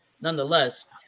Nonetheless